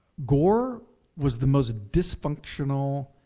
gore was the most dysfunctional,